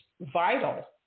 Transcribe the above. vital